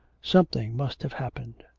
something must have happened.